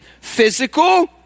Physical